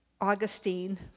Augustine